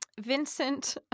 Vincent